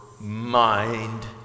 mind